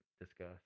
discuss